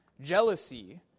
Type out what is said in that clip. jealousy